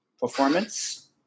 Performance